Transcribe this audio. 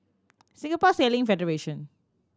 Singapore Sailing Federation